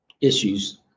issues